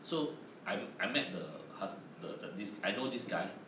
so I I met the has the the this I know this guy